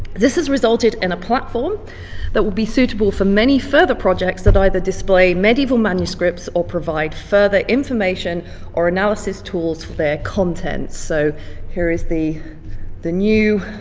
this has resulted in a platform that will be suitable for many further projects that either display medieval manuscripts or provide further information or analysis tools for their contents. so here is the the new